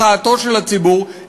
מחאתו של הציבור,